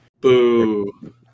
Boo